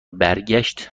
برگشت